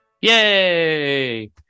Yay